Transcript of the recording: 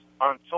on